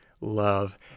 love